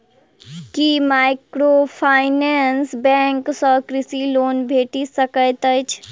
की microfinance bank सँ कृषि loan भेटि सकैत अछि?